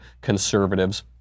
conservatives